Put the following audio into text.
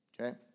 Okay